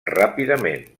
ràpidament